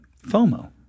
FOMO